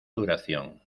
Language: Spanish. duración